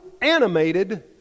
animated